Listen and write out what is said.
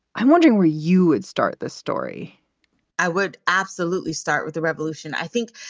i'm wondering where you would start this story i would absolutely start with the revolution. i think.